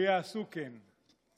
ויעשו כן.